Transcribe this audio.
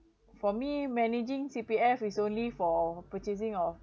for me managing C_P_F is only for purchasing of